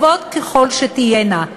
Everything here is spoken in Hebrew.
טובות ככל שתהיינה,